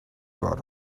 got